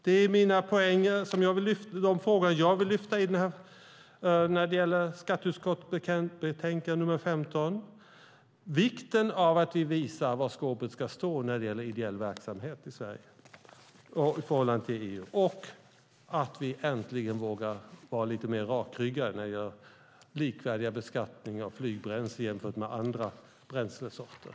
Detta är de frågor jag vill lyfta fram när det gäller skatteutskottets betänkande nr 15: vikten av att vi visar var skåpet ska stå när det gäller ideell verksamhet i Sverige i förhållande till EU och att vi äntligen vågar vara lite mer rakryggade när det gäller likvärdig beskattning av flygbränsle jämfört med andra bränslesorter.